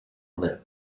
live